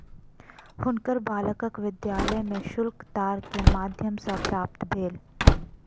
हुनकर बालकक विद्यालय के शुल्क तार के माध्यम सॅ प्राप्त भेल